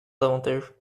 davantage